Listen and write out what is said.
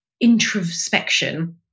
introspection